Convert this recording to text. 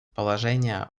положение